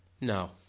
No